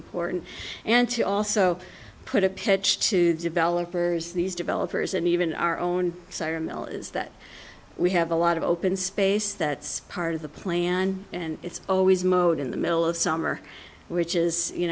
important and to also put a pitch to developers these developers and even our own cider mill is that we have a lot of open space that's part of the plan and it's always mowed in the middle of summer which is you